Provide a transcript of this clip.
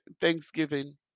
Thanksgiving